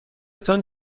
تان